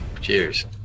Cheers